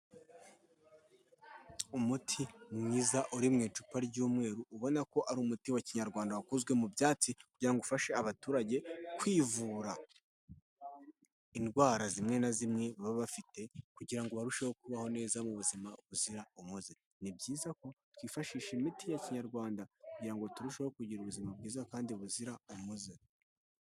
Umuti mwiza uri mu icupa ry'umweru ubona ko ari umuti wa kinyarwanda wakozwe mu byatsi kugira ngo ufashe abaturage kwivura indwara zimwe na zimwe baba bafite kugira ngo barusheho kubaho neza mu buzima buzira umuze. Ni byiza ko twifashisha imiti ya kinyarwanda kugira ngo turusheho kugira ubuzima bwiza kandi buzira umuze.